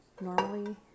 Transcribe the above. Normally